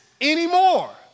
anymore